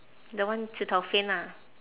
the one zi tao faint ah